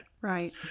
right